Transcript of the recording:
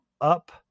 up